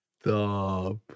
Stop